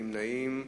נמנעים.